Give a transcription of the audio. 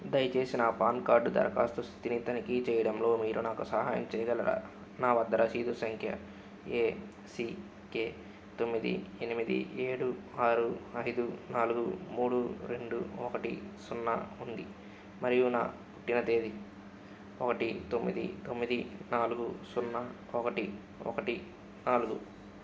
దయచేసి నా PAN card దరఖాస్తు స్థితిని తనిఖీ చేయడంలో మీరు నాకు సహాయం చేయగలరా నా వద్ద రసీదు సంఖ్య ఏసీకే తొమ్మిది ఎనిమిది ఏడు ఆరు ఐదు నాలుగు మూడు రెండు ఒకటి సున్నా ఉంది మరియు నా పుట్టిన తేదీ ఒకటి తొమ్మిది తొమ్మిది నాలుగు సున్నా ఒకటి ఒకటి నాలుగు